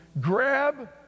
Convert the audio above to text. grab